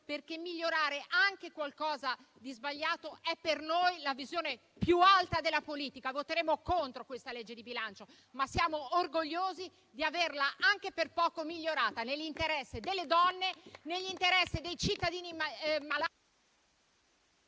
perché migliorare qualcosa di sbagliato è per noi la visione più alta della politica. Voteremo contro questa legge di bilancio, ma siamo orgogliosi di averla anche per poco migliorata nell'interesse delle donne e dei cittadini...